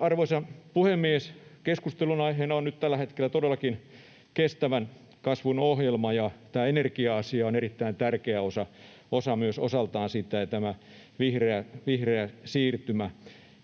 Arvoisa puhemies! Keskustelun aiheena on nyt tällä hetkellä todellakin kestävän kasvun ohjelma, ja tämä energia-asia ja vihreä siirtymä on osaltaan erittäin tärkeä osa myös sitä.